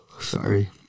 Sorry